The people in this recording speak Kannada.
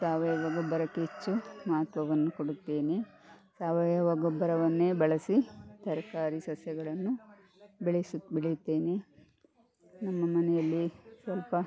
ಸಾವಯವ ಗೊಬ್ಬರಕ್ಕೆ ಹೆಚ್ಚು ಮಹತ್ವವನ್ನು ಕೊಡುತ್ತೇನೆ ಸಾವಯವ ಗೊಬ್ಬರವನ್ನೇ ಬಳಸಿ ತರಕಾರಿ ಸಸ್ಯಗಳನ್ನು ಬೆಳೆಸುತ್ತ ಬೆಳೆಯುತ್ತೇನೆ ನಮ್ಮ ಮನೆಯಲ್ಲಿ ಸ್ವಲ್ಪ